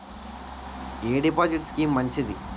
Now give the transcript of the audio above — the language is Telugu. ఎ డిపాజిట్ స్కీం మంచిది?